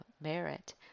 merit